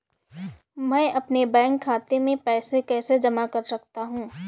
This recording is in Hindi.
मैं अपने बैंक खाते में पैसे कैसे जमा कर सकता हूँ?